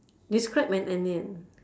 describe an ani~